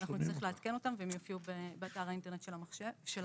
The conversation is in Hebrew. אנחנו נצטרך לעדכן אותם והם יופיעו באתר האינטרנט של המשרד.